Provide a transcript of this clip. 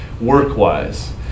work-wise